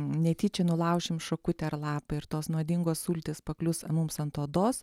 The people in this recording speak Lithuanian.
netyčia nulaušim šakutę ar lapą ir tos nuodingos sultys paklius mums ant odos